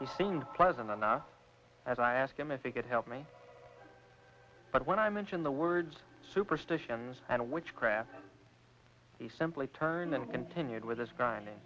he seemed pleasant enough as i asked him if he could help me but when i mentioned the words superstitions and witchcraft he simply turned them continued with this guy